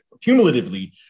Cumulatively